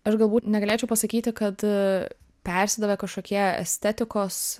aš galbūt negalėčiau pasakyti kad persidavė kažkokie estetikos